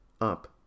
up